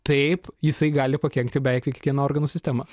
taip jisai gali pakenkti beveik kiekvieną organų sistemą